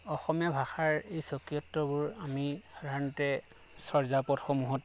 অসমীয়া ভাষাৰ এই স্বকীয়ত্ববোৰ আমি সাধাৰণতে চৰ্যাপদসমূহত